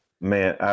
Man